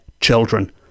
children